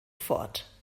fort